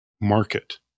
market